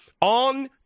on